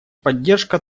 поддержка